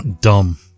Dumb